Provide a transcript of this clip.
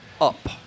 Up